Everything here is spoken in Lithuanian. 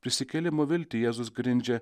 prisikėlimo viltį jėzus grindžia